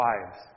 Wives